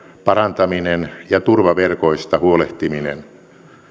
parantaminen ja turvaverkoista huolehtiminen